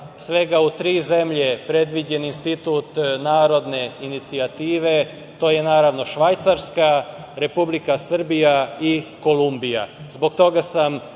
svega u tri zemlje je predviđen institut narodne inicijative. To su, naravno, Švajcarska, Republika Srbija i Kolumbija.